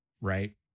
right